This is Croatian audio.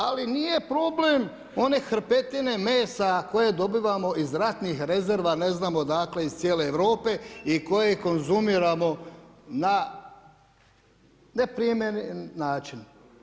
Ali nije problem one hrpetine mesa koje dobivamo iz ratnih rezerva, ne znam odakle iz cijele Europe i koje konzumiramo na neprimjeren način.